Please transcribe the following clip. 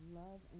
love